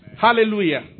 Hallelujah